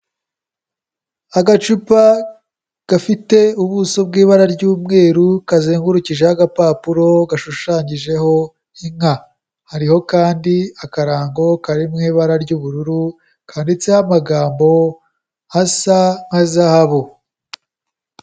Agacupa gafite ubuso bw'ibara ry'umweru kazengurukijeho agapapuro gashushanyijeho inka, hariho kandi akarango kari mu ibara ry'ubururu kanditseho amagambo asa nka zahabu.